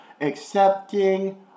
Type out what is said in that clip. accepting